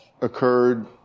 occurred